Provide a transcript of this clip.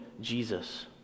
Jesus